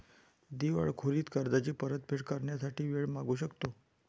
दिवाळखोरीत कर्जाची परतफेड करण्यासाठी वेळ मागू शकतो